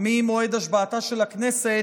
ממועד השבעתה של הכנסת,